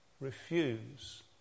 refuse